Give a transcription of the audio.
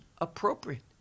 appropriate